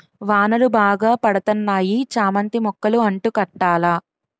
వానలు బాగా పడతన్నాయి చామంతి మొక్కలు అంటు కట్టాల